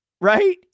right